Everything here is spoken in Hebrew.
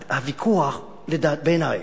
הוויכוח, בעיני,